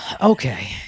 Okay